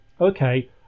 okay